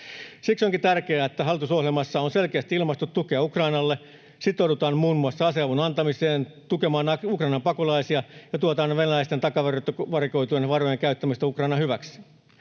Siksi onkin tärkeää, että hallitusohjelmassa on selkeästi ilmaistu tukea Ukrainalle, sitoudutaan muun muassa aseavun antamiseen, tukemaan Ukrainan pakolaisia ja tuetaan venäläisten takavarikoitujen varojen käyttämistä Ukrainan hyväksi.